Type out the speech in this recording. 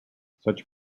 such